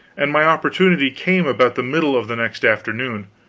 and my opportunity came about the middle of the next afternoon.